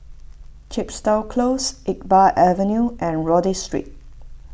Chepstow Close Iqbal Avenue and Rodyk Street